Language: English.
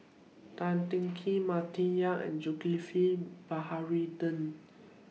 Tan Teng Kee Martin Yan and Zulkifli Baharudin